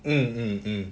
mm mm mm